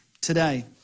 today